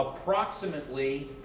approximately